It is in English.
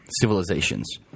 civilizations